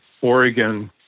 Oregon